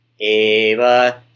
eva